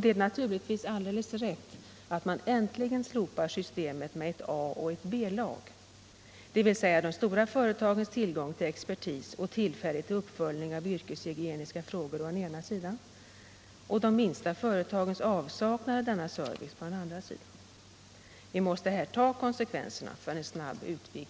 Det är naturligtvis alldeles riktigt att man äntligen slopar systemet med ett A och ett B-lag, dvs. de stora företagens tillgång till expertis och möjlighet till uppföljning av yrkeshygieniska frågor å ena sidan och de minsta företagens avsaknad av denna service å den andra. Vi måste här ta konsekvenserna och försöka åstadkomma en snabb